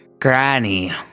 Granny